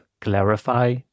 clarify